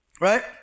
Right